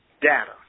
data